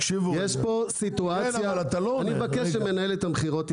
יש פה סיטואציה -- אני מבקש שמנהלת המכירות תתייחס לזה.